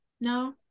no